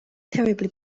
terribly